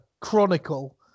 chronicle